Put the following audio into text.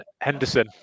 Henderson